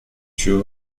two